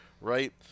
right